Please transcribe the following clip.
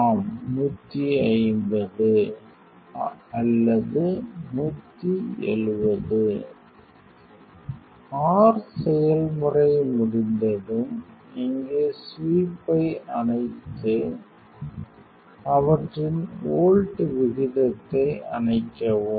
ஆம் 150 or ஆர் செயல்முறை முடிந்ததும் இங்கே ஸ்வீப்பை அணைத்து அவற்றின் வோல்ட் விகிதத்தை அணைக்கவும்